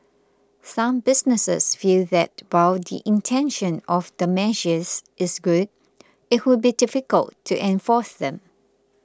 some businesses feel that while the intention of the measures is good it would be difficult to enforce them